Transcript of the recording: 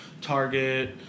Target